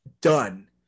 done